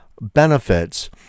benefits